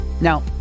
Now